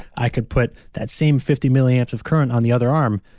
i could put that same fifty million amps of current on the other arm.